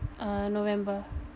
err November